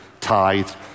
tithed